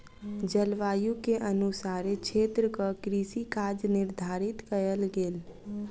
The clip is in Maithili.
जलवायु के अनुसारे क्षेत्रक कृषि काज निर्धारित कयल गेल